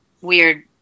weird